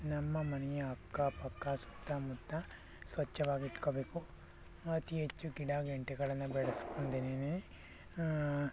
ನಮ್ಮ ಮನೆಯ ಅಕ್ಕ ಪಕ್ಕ ಸುತ್ತ ಮುತ್ತ ಸ್ವಚ್ಛವಾಗಿಟ್ಕೊಳ್ಬೇಕು ಅತಿ ಹೆಚ್ಚು ಗಿಡ ಗಂಟಿಗಳನ್ನು ಬೆಳೆಸ್ಕೊಂಡಿದ್ದೀನಿ